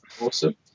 Awesome